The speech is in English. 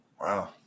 Wow